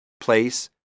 place